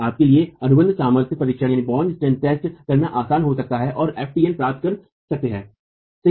आपके लिए अनुबंध सामर्थ्य परीक्षण करना आसान हो सकता है और ftn प्राप्त कर सकते है सही